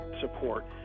support